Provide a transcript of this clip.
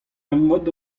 emvod